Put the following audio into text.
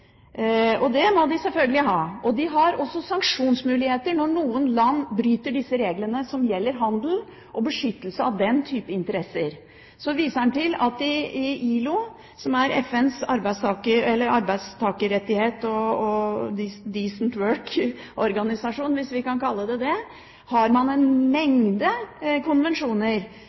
og det må de selvfølgelig ha. De har også sanksjonsmuligheter når noen land bryter reglene som gjelder handel og beskyttelse av den type interesser. Så viser han til at man i ILO, som er FNs arbeidstakerrettighets- og «decent work»-organisasjon – hvis vi kan kalle den det – har en mengde konvensjoner,